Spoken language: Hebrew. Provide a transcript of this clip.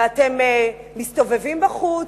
ואתם מסתובבים בחוץ,